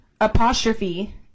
apostrophe